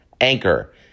Anchor